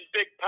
Big